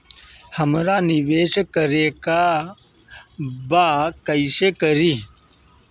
हमरा निवेश करे के बा कईसे करी?